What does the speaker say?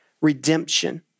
redemption